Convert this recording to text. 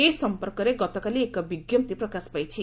ଏ ସମ୍ପର୍କରେ ଗତକାଲି ଏକ ବିଞ୍ଜପ୍ତି ପ୍ରକାଶ ପାଇଛି